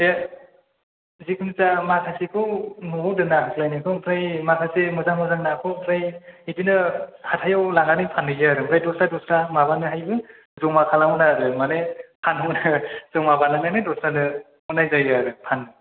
बे जेखुनुजाया माखासेखौ न'आव दोनो आग्लायनायखौ ओमफ्राय माखासे मोजां मोजां नाखौ ओमफ्राय बिदिनो हाथायाव लांनानै फानहैयो आरो ओमफ्राय दस्रा दस्रा माबानानैबो जमा खालामो आरो माने फानहरो जमा बानायनानै दस्रानो हरनाय जायो आरो फाननो